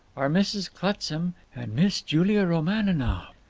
are mrs. clutsam and miss julia romaninov.